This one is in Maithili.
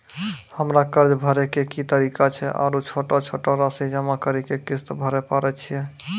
हमरा कर्ज भरे के की तरीका छै आरू छोटो छोटो रासि जमा करि के किस्त भरे पारे छियै?